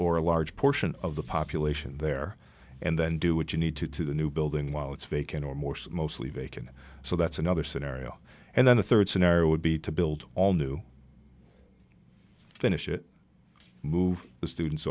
or a large portion of the population there and then do what you need to do the new building while it's vacant or more so mostly vacant so that's another scenario and then the third scenario would be to build all new finish it move the students